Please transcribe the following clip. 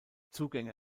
zugänge